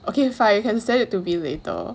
okay fine you can send it to me later